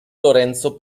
lorenzo